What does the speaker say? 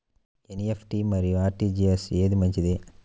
NEFT మరియు RTGS ఏది మంచిది?